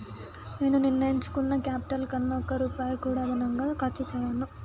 నేను నిర్ణయించుకున్న క్యాపిటల్ కన్నా ఒక్క రూపాయి కూడా అదనంగా ఖర్చు చేయను